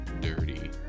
dirty